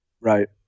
Right